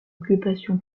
occupation